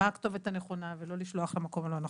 מה הכתובת הנכונה ולא לשלוח למקום הלא נכון.